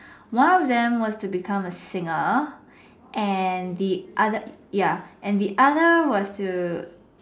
one of them was to become a singer and the other really ya and the other was to